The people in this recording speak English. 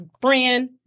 friend